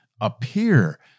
appear